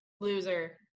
Loser